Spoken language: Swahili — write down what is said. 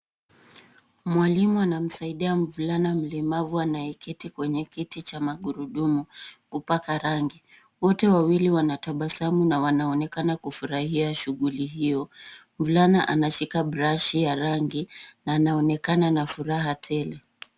Mwalimu anamsaidia mvulana mlemavu anayeketi kwenye kiti cha magurudumu kupaka rangi. Wote wawili wanatabasamu na wanaonekana kufurahia shughuli hio. Mvulana anashika brush ya rangi na anaonekana ana furaha tele.